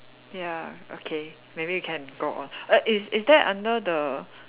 ya okay maybe you can go on err is is that under the